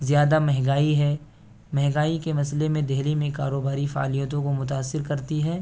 زیادہ مہنگائی ہے مہنگائی کے مسئلے میں دہلی میں کاروباری فعالیتوں کو متاثر کرتی ہے